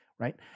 right